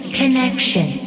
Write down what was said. connection